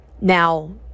Now